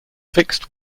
fixed